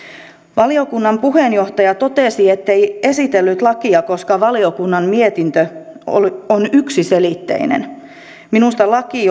valiokunnan puheenjohtaja totesi ettei esitellyt lakia koska valiokunnan mietintö on yksiselitteinen minusta laki